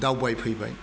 दावबायफैबाय